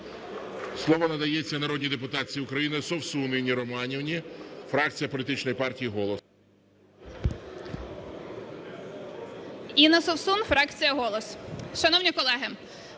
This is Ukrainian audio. Слово надається народній депутатці України Совсун Інні Романівні, фракція політичної партії "Голос".